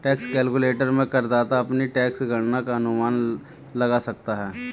tax calculator में करदाता अपनी टैक्स गणना का अनुमान लगा सकता है